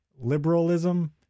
liberalism